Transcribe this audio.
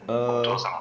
err